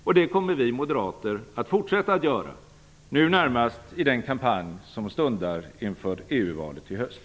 Och det kommer vi moderater att fortsätta att göra, nu närmast i den kampanj som stundar inför EU-valet i höst.